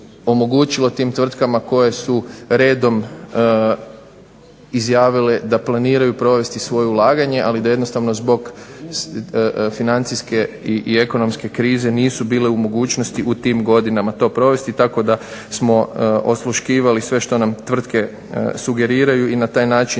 tim tvrtkama koje su redom izjavile da planiraju provesti svoje ulaganje, ali da jednostavno zbog financijske i ekonomske krize nisu bile u mogućnosti u tim godinama to provesti. Tako da smo osluškivali sve što nam tvrtke sugeriraju i na taj način